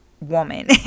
woman